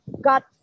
got